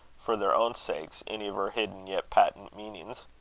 for their own sakes, any of her hidden yet patent meanings.